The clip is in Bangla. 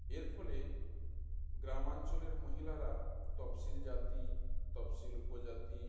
এর ফলে গ্রামাঞ্চলের মহিলারা তফসিলি জাতি তফসিলি উপজাতি